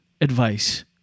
advice